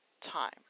Time